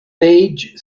page